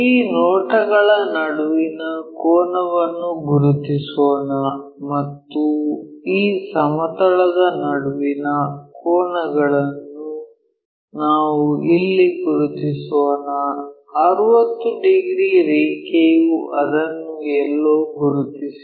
ಈ ನೋಟಗಳ ನಡುವಿನ ಕೋನವನ್ನು ಗುರುತಿಸೋಣ ಮತ್ತು ಈ ಸಮತಲದ ನಡುವಿನ ಕೋನವನ್ನು ನಾವು ಇಲ್ಲಿ ಗುರುತಿಸೋಣ 60 ಡಿಗ್ರಿ ರೇಖೆಯು ಅದನ್ನು ಎಲ್ಲೋ ಗುರುತಿಸಿ